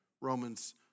Romans